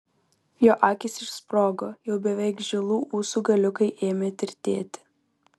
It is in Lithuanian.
jo akys išsprogo jau beveik žilų ūsų galiukai ėmė tirtėti